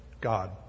God